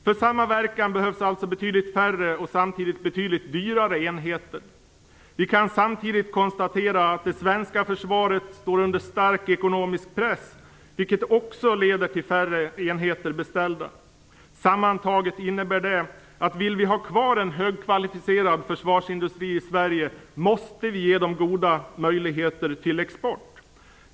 För samma verkan behövs alltså betydligt färre och samtidigt betydligt dyrare enheter. Vi kan samtidigt konstatera att det svenska försvaret står under stark ekonomisk press, vilket också leder till att färre enheter beställs. Sammantaget innebär det att om vi vill ha kvar en högkvalificerad försvarsindustri i Sverige, måste vi ge den goda möjligheter till export.